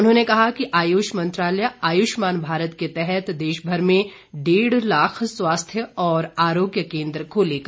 उन्होंने कहा कि आयुष मंत्रालय आयुष्मान भारत के तहत देशभर में डेढ़ लाख स्वास्थ्य और आरोग्य केंद्र खोलेगा